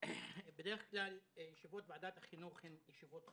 בדרך כלל ישיבות ועדת החינוך הן ישיבות חשובות.